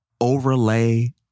overlay